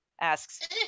asks